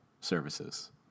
services